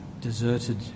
deserted